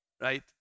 right